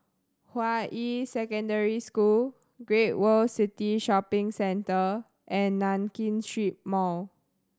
Hua Yi Secondary School Great World City Shopping Centre and Nankin Street Mall